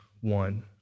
one